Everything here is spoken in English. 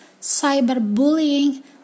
cyberbullying